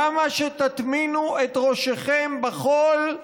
כמה שתטמנו את ראשיכם בחול,